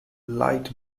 light